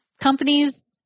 companies